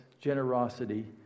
generosity